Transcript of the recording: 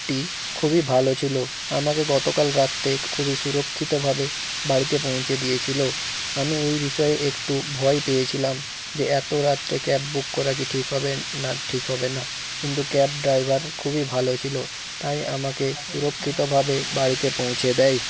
টি খুবই ভালো ছিল আমাকে গতকাল রাত্রে খুবই সুরক্ষিতভাবে বাড়িতে পৌঁছে দিয়েছিল আমি এই বিষয়ে একটু ভয় পেয়েছিলাম যে এত রাত্রে ক্যাব বুক করা কি ঠিক হবে না ঠিক হবে না কিন্তু ক্যাব ড্রাইভার খুবই ভালো ছিল তাই আমাকে সুরক্ষিতভাবে বাড়িতে পৌঁছে দেয়